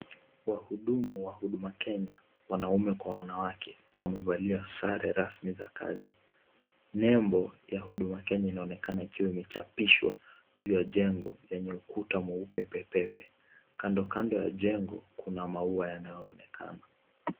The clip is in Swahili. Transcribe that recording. Wahudumu wa HUDUMA KENYA, wanaume kwa wanawake, wamevalia sare rasmi ya kazi. Nembo ya HUDUMA KENYA inaonekana ikiwa imechapishwa, juu ya jengo lenye ukuta mweupe pepepe. Kando kando ya jengo kuna maua yanayoonekana.